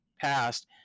passed